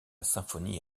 symphonie